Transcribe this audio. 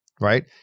right